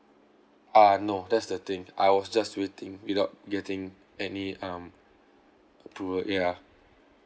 uh no that's the thing I was just waiting without getting any um approval ya